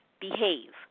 behave